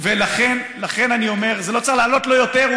זה לא רק זה, זה לא צריך לעלות לו יותר.